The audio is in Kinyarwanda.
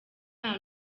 nta